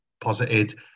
posited